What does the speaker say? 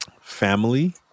family